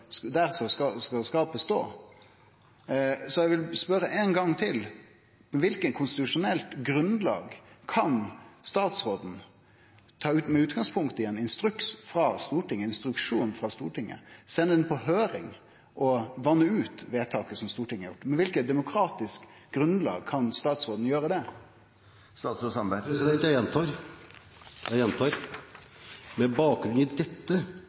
skapet stå. Eg vil spørje ein gong til: På kva for eit konstitusjonelt grunnlag kan statsråden med utgangspunkt i ein instruks frå Stortinget, sende dette på høyring og vatne ut vedtaket som Stortinget har gjort? På kva for eit demokratisk grunnlag kan statsråden gjere det?